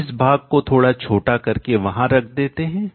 हम इस भाग को थोड़ा छोटा करके वहां रख देते हैं